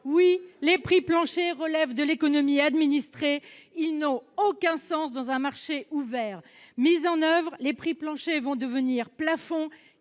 Oui, les prix planchers relèvent de l’économie administrée et n’ont aucun sens dans un marché ouvert. Mis en œuvre, ces prix deviendront des prix plafonds.